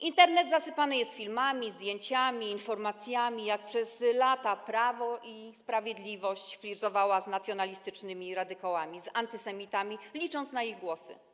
Internet zasypany jest filmami, zdjęciami, informacjami, jak przez lata Prawo i Sprawiedliwość flirtowało z nacjonalistycznymi radykałami, z antysemitami, licząc na ich głosy.